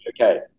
okay